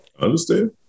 understand